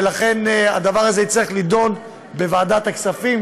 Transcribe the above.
ולכן הדבר הזה יצטרך להידון בוועדת הכספים,